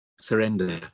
surrender